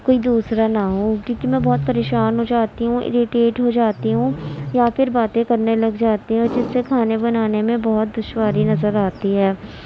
کوئی دوسرا نہ ہو کیونکہ میں بہت پریشان ہو جاتی ہوں اریٹیٹ ہو جاتی ہوں یا پھر باتیں کرنے لگ جاتی ہوں جس سے کھانے بنانے میں بہت دشواری نظر آتی ہے